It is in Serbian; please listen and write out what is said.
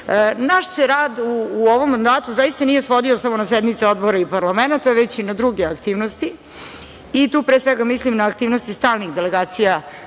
se rad u ovom mandatu zaista nije svodio samo na sednice odbora i parlamenta, već i na druge aktivnosti. Tu pre svega mislim na aktivnosti stalnih delegacija